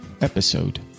episode